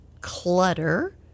clutter